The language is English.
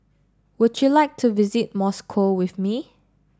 would you like to visit Moscow with me